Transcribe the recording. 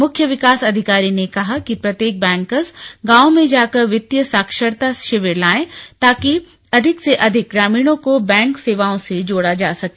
मुख्य विकास अधिकारी ने कहा कि प्रत्येक बैंकर्स गांव में जाकर वित्तीय साक्षरता शिविर लगाएं ताकि अधिक से अधिक ग्रामीणों को बैंक सेवाओं से जोड़ा जा सके